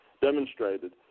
demonstrated